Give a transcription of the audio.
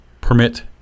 permit